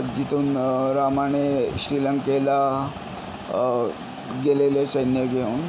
जिथून रामाने श्रीलंकेला गेलेले सैन्य घेऊन